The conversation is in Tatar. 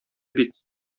бит